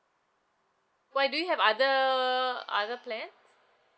why do you have other other plan